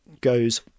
goes